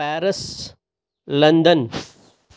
Paris London